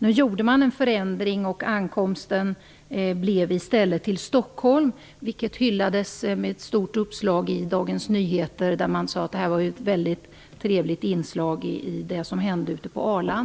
Nu gjordes en förändring. Hästarna ankom i stället till Stockholm, vilket hyllades med ett stort uppslag i Dagens Nyheter. Det sades att det som hände ute på Arlanda var ett trevligt inslag.